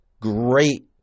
Great